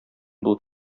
булып